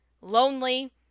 lonely